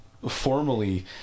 Formally